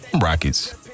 Rockets